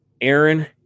Aaron